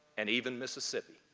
and even mississippi.